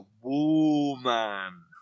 woman